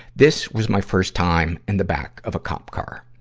this was my first time in the back of a cop car.